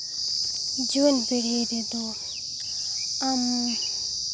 ᱡᱩᱣᱟᱹᱱ ᱯᱤᱲᱦᱤ ᱨᱮᱫᱚ ᱟᱢ